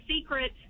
secret